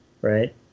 right